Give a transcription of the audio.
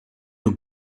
your